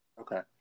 Okay